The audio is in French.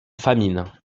famine